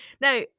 Now